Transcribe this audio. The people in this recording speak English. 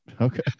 okay